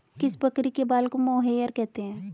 किस बकरी के बाल को मोहेयर कहते हैं?